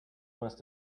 must